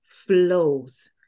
flows